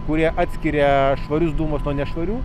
kurie atskiria švarius dūmus nuo nešvarių